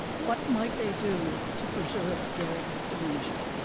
what might they do to preserve during diminishment?